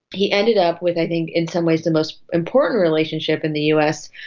he ended up with i think in some ways the most important relationship in the us,